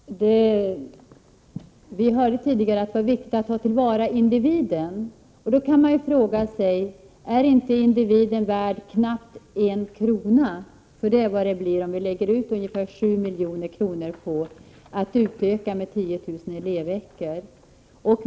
Herr talman! Vi hörde tidigare att det var viktigt att ta till vara individen. Då vill jag fråga: Är individen inte värd att tas till vara för knappt 1 kr.? Det är nämligen vad det kostar per svensk om man lägger de nödvändiga 7 milj.kr. för att göra en utökning med 10 000 elevveckor.